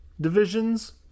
divisions